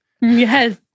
Yes